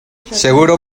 seguro